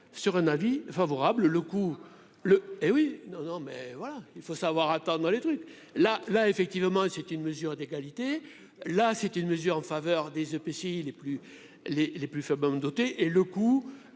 sur un avis favorable le coup le hé oui, non, non, mais voilà, il faut savoir attendre les trucs là, là, effectivement, c'est une mesure d'égalité, là c'est une mesure en faveur des EPCI les plus les les plus